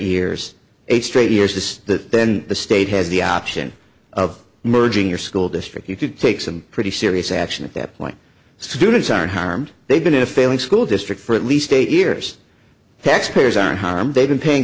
eight straight years to that then the state has the option of merging your school district you could take some pretty serious action at that point students are harmed they've been in a failing school district for at least eight years taxpayers are harmed they've been paying